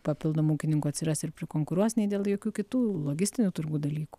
papildomų ūkininkų atsiras ir prikonkuruos nei dėl jokių kitų logistinių turbūt dalykų